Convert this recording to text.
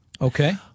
Okay